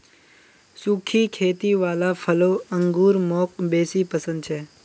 सुखी खेती वाला फलों अंगूर मौक बेसी पसन्द छे